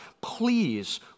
please